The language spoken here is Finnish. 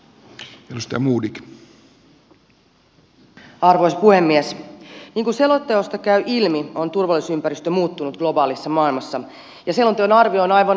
niin kuin selonteosta käy ilmi on turvallisuusympäristö muuttunut globaalissa maailmassa ja selonteon arvio on aivan oikean suuntainen